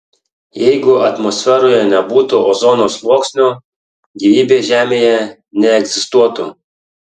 jeigu atmosferoje nebūtų ozono sluoksnio gyvybė žemėje neegzistuotų